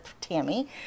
Tammy